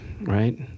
right